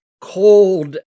cold